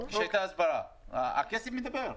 הכסף מדבר.